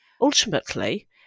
Ultimately